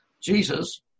Jesus